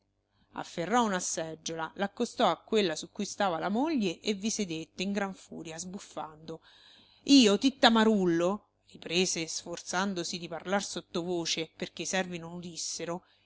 stoppa afferrò una seggiola l'accostò a quella su cui stava la moglie e vi sedette in gran furia sbuffando io titta marullo riprese sforzandosi di parlar sotto voce perché i servi non udissero